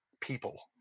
people